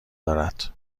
دارد